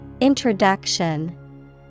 Introduction